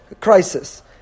crisis